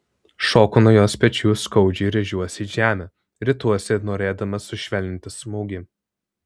šoku nuo jos pečiu skaudžiai rėžiuosi į žemę rituosi norėdamas sušvelninti smūgį